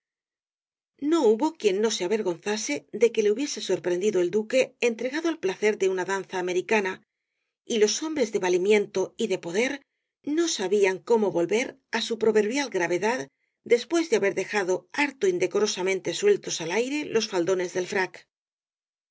no hubo quien no se avergonzase de que le hubiese sorprendido el duqne entregado al placer de una danza americana y los hombres de valimiento y de poder no sabían cómo volver á su proverbial gravedad después de haber dejado harto indecorosamente sueltos al aire los faldones del frac